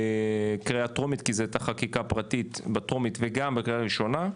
בקריאה הטרומית כי זו הייתה חקיקה פרטית בטרומית וגם בקריאה הראשונה.